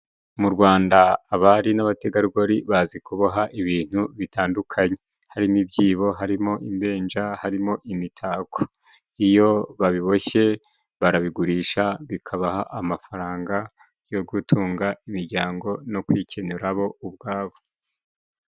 Mu Rwanda abari n'abategarugori bazi kuboha ibintu bitandukanye: harimo ibyibo, harimo ibibenja, harimo imitako. Iyo babiboshye barabigurisha bikabaha amafaranga yo gutunga imiryango no kwikenura bo ubwabo.